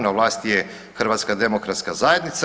Na vlasti je HDZ.